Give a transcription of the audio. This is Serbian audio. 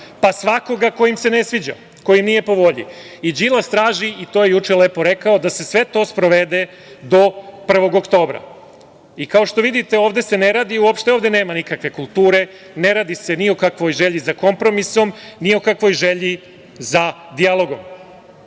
Svakoga ko im se ne sviđa, ko im nije po volji. Đilas traži, i to je juče lepo rekao, da se sve to sprovede do 1. oktobra. Kao što vidite, ovde uopšte nema nikakve kulture, ne radi se ni o kakvoj želji za kompromisom, ni o kakvoj želji za dijalogom,